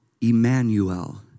Emmanuel